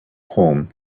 home